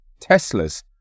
Teslas